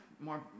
More